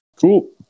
Cool